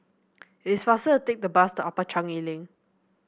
it's faster to take the bus to Upper Changi Link